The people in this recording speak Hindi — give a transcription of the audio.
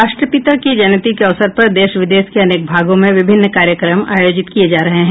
राष्ट्रपिता की जयंती के अवसर पर देश विदेश के अनेक भागों में विभिन्न कार्यक्रम आयोजित किए जा रहे हैं